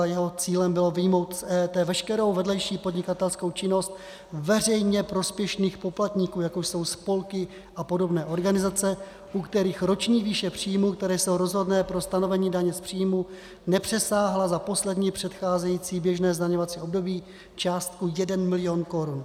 Jeho cílem bylo vyjmout z EET veškerou vedlejší podnikatelskou činnost veřejně prospěšných poplatníků, jako jsou spolky a podobné organizace, u kterých roční výše příjmů, které jsou rozhodné pro stanovení daně z příjmu, nepřesáhla za poslední předcházející běžné zdaňovací období částku 1 milion korun.